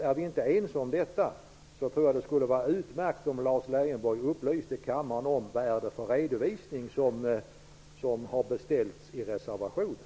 Är vi inte ense om detta skulle det vara utmärkt om Lars Leijonborg upplyste kammaren om vad det är för redovisning som har beställts i reservationen.